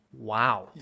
Wow